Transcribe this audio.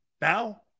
Now